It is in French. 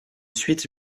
suite